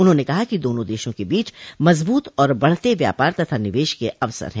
उन्होंने कहा कि दोनों देशों के बीच मजबूत और बढ़ते व्यापार तथा निवेश के अवसर है